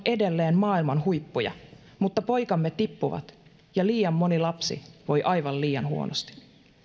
edelleen maailman huippuja mutta poikamme tippuvat ja liian moni lapsi voi aivan liian huonosti